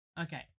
Okay